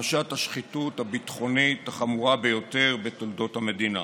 כפרשת השחיתות הביטחונית החמורה ביותר בתולדות המדינה,